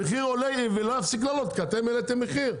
המחיר עולה ולא יפסיק לעלות כי אתם העליתם את מחיר החלב